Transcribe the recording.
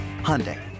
Hyundai